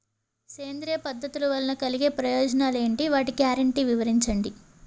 సేంద్రీయ పద్ధతుల వలన కలిగే ప్రయోజనాలు ఎంటి? వాటి గ్యారంటీ వివరించండి?